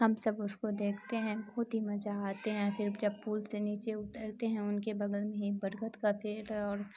ہم سب اس کو دیکھتے ہیں بہت ہی مزہ آتے ہیں پھر جب پول سے نیچے اترتے ہیں ان کے بغل میں ہی برگت کا پیڑ ہے اور